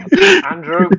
Andrew